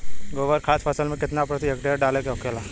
गोबर खाद फसल में कितना प्रति हेक्टेयर डाले के होखेला?